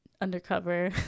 Undercover